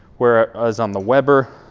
where as on the weber,